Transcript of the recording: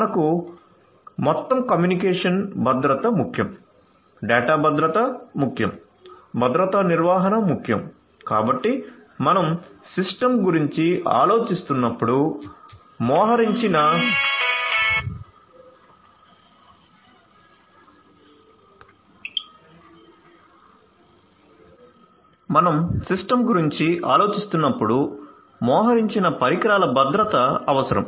మనకు మొత్తం కమ్యూనికేషన్ భద్రత ముఖ్యం డేటా భద్రత ముఖ్యం భద్రతా నిర్వహణ ముఖ్యం కాబట్టి మనం సిస్టమ్ గురించి ఆలోచిస్తున్నప్పుడు మోహరించిన పరికరాల భద్రత అవసరం